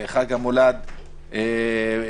לחג המולד בנצרת,